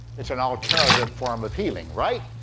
it's an alternative form of healing, right?